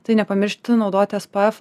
tai nepamiršti naudoti es p ef